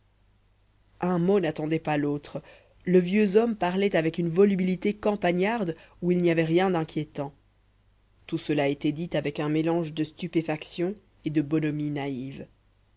un mot n'attendait pas l'autre le vieux homme parlait avec une volubilité campagnarde où il n'y avait rien d'inquiétant tout cela était dit avec un mélange de stupéfaction et de bonhomie naïve